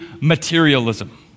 materialism